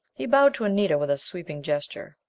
he bowed to anita with a sweeping gesture.